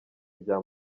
bya